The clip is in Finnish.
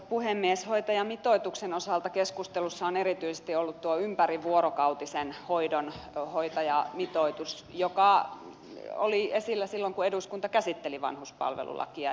hoitajamitoituksen osalta keskustelussa on erityisesti ollut tuo ympärivuorokautisen hoidon hoitajamitoitus joka oli esillä silloin kun eduskunta käsitteli vanhuspalvelulakia